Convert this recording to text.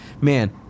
man